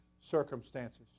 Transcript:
circumstances